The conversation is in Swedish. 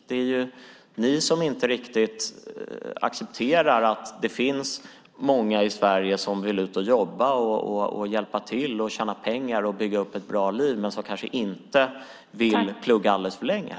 Det är ni som inte riktigt accepterar att det finns många i Sverige som vill ut och jobba, hjälpa till, tjäna pengar och bygga upp ett bra liv men som kanske inte vill plugga alldeles för länge.